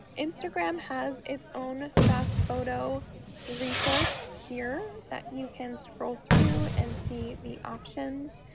instagram has its own stock photo resource here that you can scroll through and see the options.